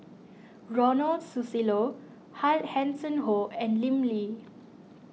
Ronald Susilo Hanson Ho and Lim Lee